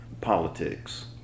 politics